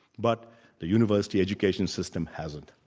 but the university education system hasn't.